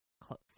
close